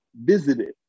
visited